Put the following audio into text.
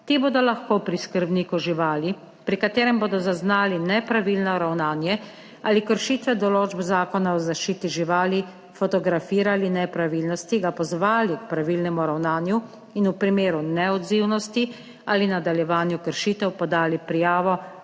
ti bodo lahko pri skrbniku živali, pri katerem bodo zaznali nepravilno ravnanje ali kršitve določb zakona o zaščiti živali, fotografirali nepravilnosti, ga pozvali k pravilnemu ravnanju in v primeru neodzivnosti ali nadaljevanju kršitev podali prijavo